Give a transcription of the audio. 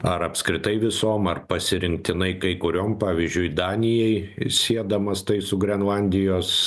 ar apskritai visom ar pasirinktinai kai kuriom pavyzdžiui danijai siedamas tai su grenlandijos